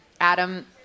Adam